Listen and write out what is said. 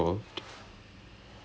ya ya ya there's a shit ton